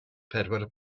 pedwar